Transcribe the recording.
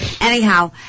Anyhow